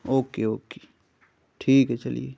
او کے okay ٹھیک ہے چلیے